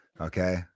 Okay